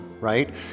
right